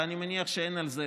ואני מניח שאין על זה,